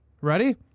Ready